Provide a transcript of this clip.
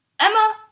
Emma